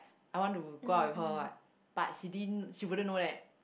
I want to go out with her what but she didn't she wouldn't know that